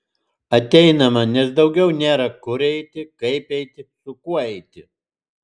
ateinama nes daugiau nėra kur eiti kaip eiti su kuo eiti